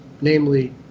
namely